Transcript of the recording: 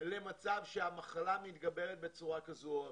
למצב שהמחלה מתגברת בצורה כזאת או אחרת.